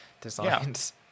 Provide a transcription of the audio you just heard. designs